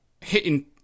hitting